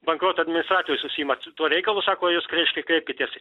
bankroto administratorius užsiima t tuo reikalu sako jūs reiškia kreipkitės